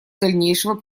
дальнейшего